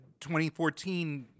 2014